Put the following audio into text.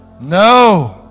No